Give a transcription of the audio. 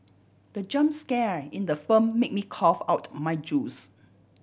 the jump scare in the film made me cough out my juice